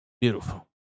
Beautiful